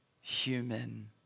human